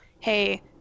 hey